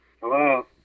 Hello